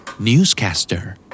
Newscaster